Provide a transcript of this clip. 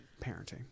parenting